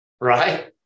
right